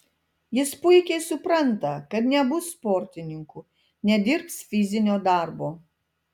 jis puikiai supranta kad nebus sportininku nedirbs fizinio darbo